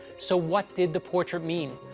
so what did the portrait mean?